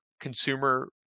consumer